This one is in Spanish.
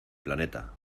planeta